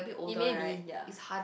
it may be ya